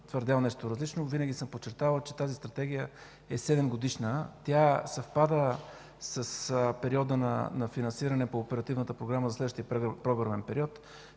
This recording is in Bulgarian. твърдял нещо различно. Винаги съм подчертавал, че тази Стратегия е седемгодишна. Тя съвпада с периода на финансиране по оперативната програма за следващия програмен период,